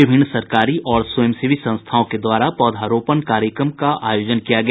विभिन्न सरकारी और स्वयंसेवी संस्थाओं के द्वारा पौधारोपण कार्यक्रम का आयोजन किया गया